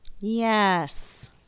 Yes